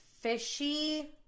fishy